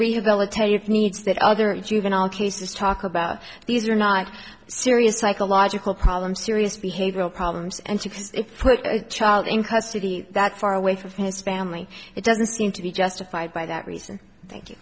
rehabilitative needs that other juvenile cases talk about these are not serious psychological problems serious behavioral problems and to put a child in custody that far away from his family it doesn't seem to be justified by that reason